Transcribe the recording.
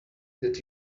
that